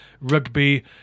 rugby